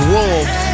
Wolves